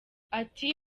ati